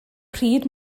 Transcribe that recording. pryd